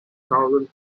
southern